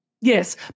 yes